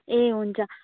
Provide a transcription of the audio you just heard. ए हुन्छ